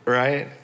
right